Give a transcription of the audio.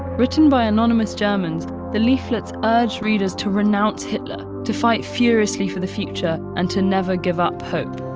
written by anonymous germans, the leaflets urged readers to renounce hitler, to fight furiously for the future and to never give up hope.